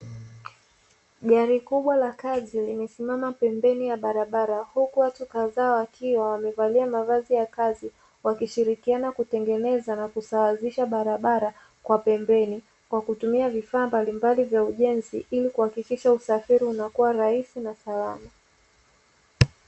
Gari kubwa la kazi limesimama pembeni ya barabara huku watu kadhaa wakiwa wamevalia mavazi ya kazi, wakishirikiana kutengeneza na kusawazisha barabara kwa pembeni. Kwa kutumia vifaa mbalimbali vya ujenzi ili kuhakikisha usafiri unakua rahisi na salama.